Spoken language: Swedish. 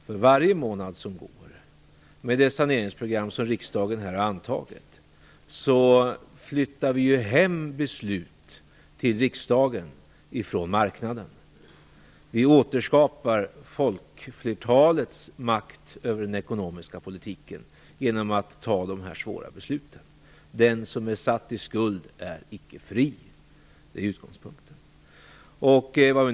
För varje månad som går med det saneringsprogram som riksdagen har antagit flyttar vi ju hem beslut till riksdagen ifrån marknaden. Vi återskapar folkflertalets makt över den ekonomiska politiken genom att fatta dessa svåra beslut. Den som är satt i skuld är icke fri. Det är utgångspunkten.